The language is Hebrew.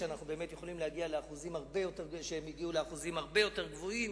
שאנחנו באמת יכולים להגיע לאחוזים הרבה יותר גבוהים,